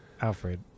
Alfred